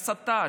הסתה,